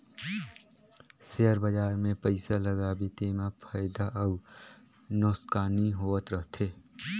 share बजार मे पइसा लगाबे तेमा फएदा अउ नोसकानी होत रहथे